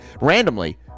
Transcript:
randomly